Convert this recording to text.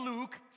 Luke